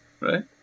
Right